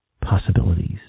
Possibilities